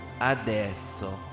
Adesso